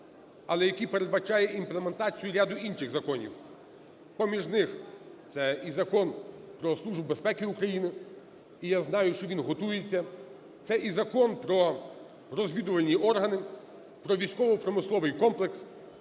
але який передбачає імплементацію ряду інших законів. Поміж них це і Закон "Про Службу безпеки України", і я знаю, що він готується, це і Закон про розвідувальні органи, про військово-промисловий комплекс,